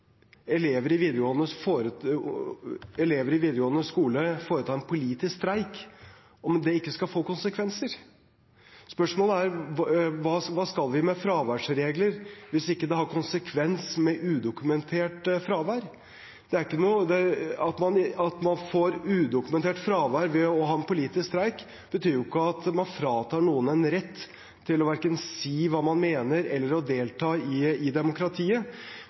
elever i videregående skole foretar en politisk streik. Spørsmålet er: Hva skal vi med fraværsregler hvis udokumentert fravær ikke skal ha konsekvenser? At man får udokumentert fravær ved å delta i en politisk streik, betyr jo ikke at man fratar noen en rett til å si hva man mener eller å delta i demokratiet. Vi styrker nå demokratiarbeidet i